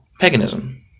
paganism